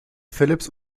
philipps